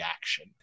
action